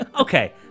Okay